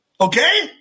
Okay